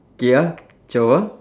okay ah twelve ah